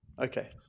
Okay